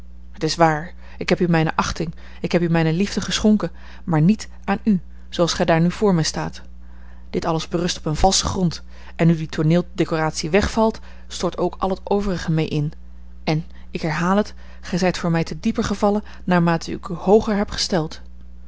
het is waar ik heb u mijne achting ik heb u mijne liefde geschonken maar niet aan u zooals gij daar nu voor mij staat dit alles berust op een valschen grond en nu die tooneeldecoratie wegvalt stort ook al het overige mee in en ik herhaal het gij zijt voor mij te dieper gevallen naarmate ik u hooger heb gesteld